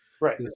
Right